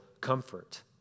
comfort